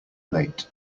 late